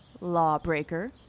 lawbreaker